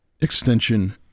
extension